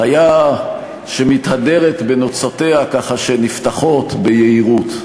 חיה שמתהדרת בנוצותיה, ככה, הן נפתחות ביהירות.